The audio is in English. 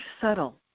subtle